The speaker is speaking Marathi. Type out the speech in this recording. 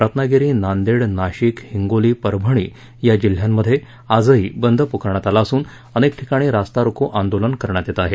रत्नागिरी नांदेड नाशिक हिंगोली परभणी या जिल्ह्यांमध्ये आजही बंद पुकारण्यात आला असून अनेक ठिकाणी रास्ता रोको आंदोलन करण्यात येत आहे